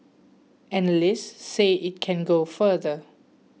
analysts say it can go further